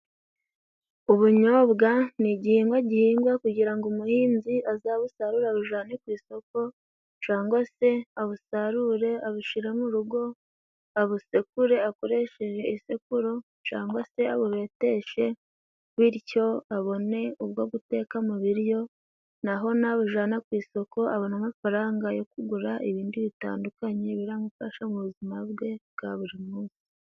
Ubunyobwa ni igihingwa gihingwa kugira ngo umuhinzi azabusarure abujane ku isoko, cangwa se abusarure abushyire mu rugo, abusekure akoresheje isekuro cangwa se abubeteshe. Bityo abone ubwo guteka mu biryo na ho nabujana ku isoko abone amafaranga yo kugura ibindi bitandukanye biramufasha mu buzima bwe bwa buri munsi.